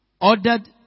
Ordered